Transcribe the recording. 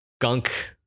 gunk